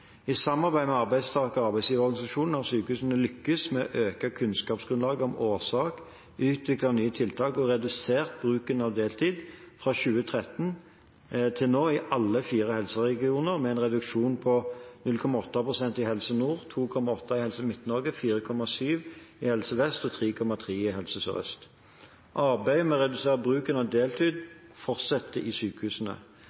I samarbeid med arbeidstaker- og arbeidsgiverorganisasjonene har sykehusene lykkes med å øke kunnskapsgrunnlaget om årsak, utviklet nye tiltak og redusert bruken av deltid fra 2013 til nå i alle fire helseregioner, med en reduksjon på 0,8 pst. i Helse Nord, 2,8 pst. i Helse Midt-Norge, 4,7 pst. i Helse Vest og 3,3 pst. i Helse Sør-Øst. Arbeidet med å redusere bruken av